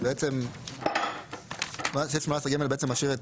הוא שהסעיף משאיר את